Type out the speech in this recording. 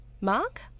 Mark